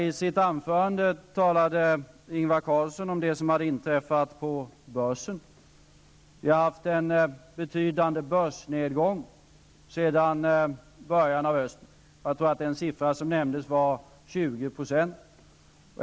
I sitt anförande talade Ingvar Carlsson om det som hade inträffat på börsen. Det har varit en betydande börsnedgång sedan början av hösten -- jag tror att den siffra som nämndes var 20 %.